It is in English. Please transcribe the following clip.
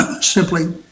simply